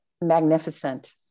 magnificent